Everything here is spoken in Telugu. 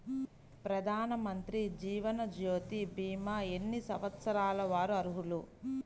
ప్రధానమంత్రి జీవనజ్యోతి భీమా ఎన్ని సంవత్సరాల వారు అర్హులు?